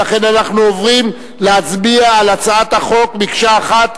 ולכן אנחנו עוברים להצביע על הצעת החוק מקשה אחת,